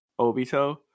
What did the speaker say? Obito